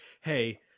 hey